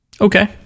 okay